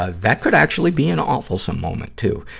ah that could actually be an awfulsome moment, too.